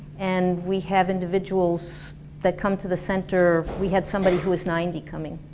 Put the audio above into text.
and we have individuals that come to the center we had somebody who was ninety come in.